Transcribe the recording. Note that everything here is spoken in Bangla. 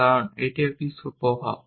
কারণ এটি একটি প্রভাব